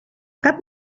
cap